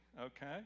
okay